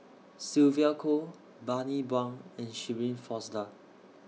Sylvia Kho Bani Buang and Shirin Fozdar